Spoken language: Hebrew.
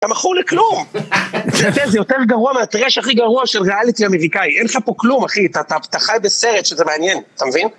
אתה מכור לכלום! אתה יודע, זה יותר גרוע מהטרש הכי גרוע של ריאלטי אמריקאי. אין לך פה כלום, אחי. אתה חי בסרט שזה מעניין, אתה מבין?